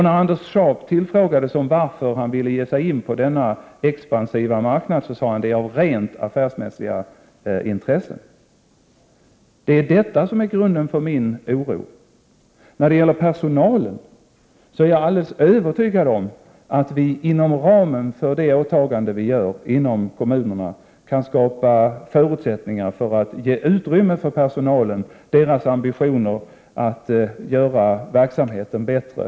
När Anders Scharp tillfrågades varför han ville ge sig in på denna expansiva marknad, sade han att det var av rent affärsmässiga intressen. Det är detta som är grunden för min oro. Jag är alldeles övertygad om att vi inom ramen för kommunernas åtaganden kan skapa förutsättningar och ge utrymme för personalens ambitioner att göra verksamheten bättre.